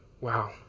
wow